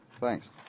thanks